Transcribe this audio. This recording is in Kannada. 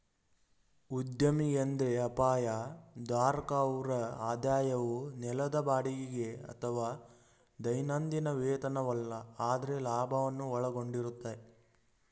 ಉದ್ಯಮಿ ಎಂದ್ರೆ ಅಪಾಯ ಧಾರಕ ಅವ್ರ ಆದಾಯವು ನೆಲದ ಬಾಡಿಗೆಗೆ ಅಥವಾ ದೈನಂದಿನ ವೇತನವಲ್ಲ ಆದ್ರೆ ಲಾಭವನ್ನು ಒಳಗೊಂಡಿರುತ್ತೆ